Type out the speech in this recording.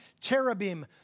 cherubim